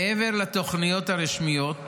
מעבר לתוכניות הרשמיות,